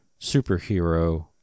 superhero